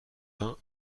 vingt